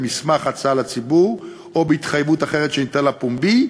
במסמך הצעה לציבור או בהתחייבות אחרת שניתן לה פומבי,